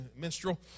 minstrel